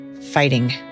fighting